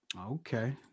Okay